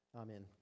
Amen